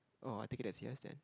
oh I think that's yes then